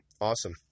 awesome